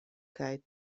kaj